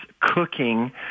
cooking